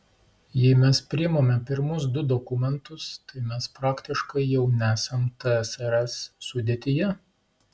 jei mes priimame pirmus du dokumentus tai mes praktiškai jau nesam tsrs sudėtyje